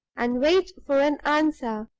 and wait for an answer.